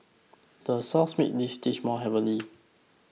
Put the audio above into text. the sauce makes this dish more heavenly